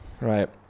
Right